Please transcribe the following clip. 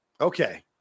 Okay